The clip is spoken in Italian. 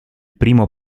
primo